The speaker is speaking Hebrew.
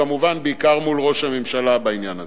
כמובן בעיקר מול ראש הממשלה בעניין הזה.